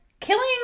Killing